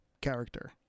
character